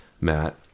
Matt